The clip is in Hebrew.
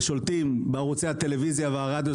ושולטים בערוצי הטלוויזיה והרדיו,